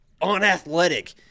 unathletic